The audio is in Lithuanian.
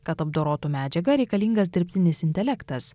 kad apdorotų medžiagą reikalingas dirbtinis intelektas